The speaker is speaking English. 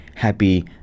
Happy